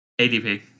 ADP